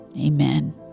Amen